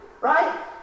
right